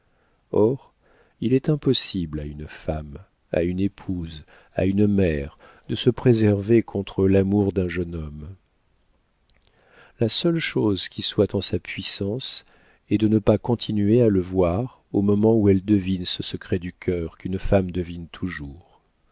or il est impossible à une femme à une épouse à une mère de se préserver contre l'amour d'un jeune homme la seule chose qui soit en sa puissance est de ne pas continuer à le voir au moment où elle devine ce secret du cœur qu'une femme devine toujours